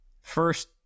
first